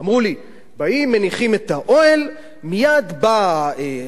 כי הבעיה האמיתית בעינייך,